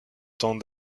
tentent